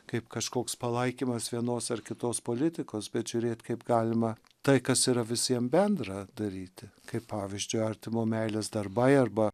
kaip kažkoks palaikymas vienos ar kitos politikos bet žiūrėt kaip galima tai kas yra visiem bendra daryti kaip pavyzdžiui artimo meilės darbai arba